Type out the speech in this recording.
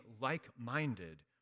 like-minded